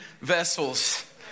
vessels